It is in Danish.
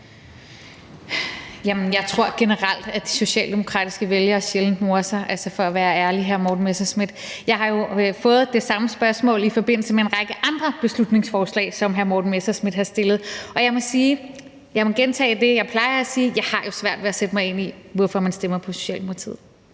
Messerschmidt – at de socialdemokratiske vælgere sjældent morer sig. Jeg har fået det samme spørgsmål i forbindelse med en række andre beslutningsforslag, som hr. Morten Messerschmidt har fremsat, og jeg må gentage det, jeg plejer at sige: Jeg har lidt svært ved at sætte mig ind i, hvorfor man stemmer på Socialdemokratiet.